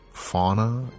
Fauna